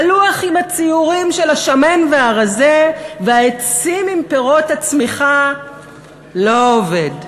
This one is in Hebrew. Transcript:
הלוח עם הציורים של השמן והרזה והעצים עם פירות הצמיחה לא עובד,